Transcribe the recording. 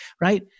right